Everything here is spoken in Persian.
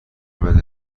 بده